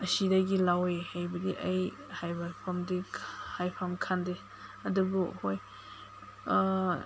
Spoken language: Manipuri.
ꯑꯁꯤꯗꯒꯤ ꯂꯧꯏ ꯍꯥꯏꯕꯗꯤ ꯑꯩ ꯍꯥꯏꯕ ꯉꯝꯗꯦ ꯍꯥꯏꯐꯝ ꯈꯪꯗꯦ ꯑꯗꯨꯕꯨ ꯍꯣꯏ